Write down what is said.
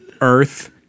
Earth